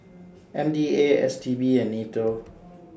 M D A S T B and NATO